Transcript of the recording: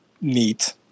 neat